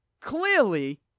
clearly